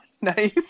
nice